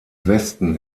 westen